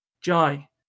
Jai